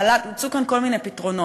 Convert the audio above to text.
הוצעו כאן כל מיני פתרונות,